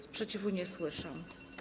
Sprzeciwu nie słyszę.